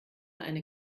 eine